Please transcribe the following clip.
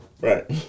Right